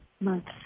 Months